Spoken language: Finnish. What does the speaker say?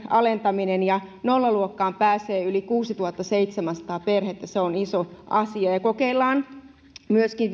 alentaminen ja nollaluokkaan pääsee yli kuusituhattaseitsemänsataa perhettä se on iso asia ja kokeillaan myöskin